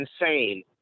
insane